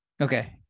okay